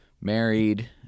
married—